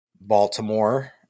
Baltimore